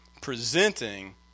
presenting